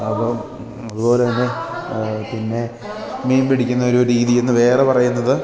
അപ്പം അതുപോലെ തന്നെ പിന്നെ മീൻ പിടിക്കുന്ന ഒരു രീതി എന്ന് വേറെ പറയുന്നത്